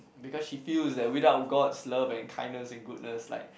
because she feels that without God's love and kindness and goodness like